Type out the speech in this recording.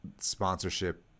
sponsorship